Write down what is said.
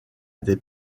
des